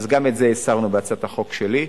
אז גם את זה הסרנו בהצעת החוק שלי.